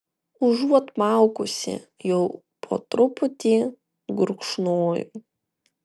užuot maukusi jau po truputį gurkšnojau